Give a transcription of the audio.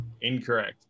Incorrect